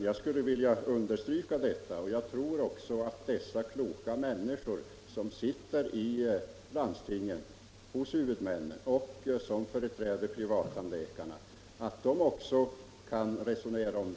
Jag skulle vilja understryka detta, och jag tror att de kloka människor som sitter i landstingen, hos huvudmännen, resp. företräder privattandläkarna kan resonera också om den här saken.